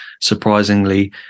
surprisingly